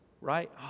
right